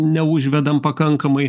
neužvedam pakankamai